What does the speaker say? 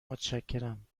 متشکرم